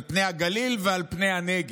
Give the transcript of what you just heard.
על הגליל ועל הנגב.